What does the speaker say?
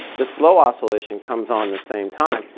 the slow oscillation comes on the same time.